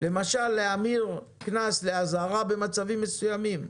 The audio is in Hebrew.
למשל להמיר קנס לאזהרה במצבים מסוימים.